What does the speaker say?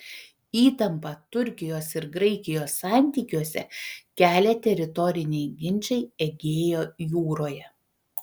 įtampą turkijos ir graikijos santykiuose kelia teritoriniai ginčai egėjo jūroje